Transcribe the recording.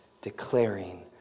declaring